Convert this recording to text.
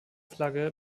flagge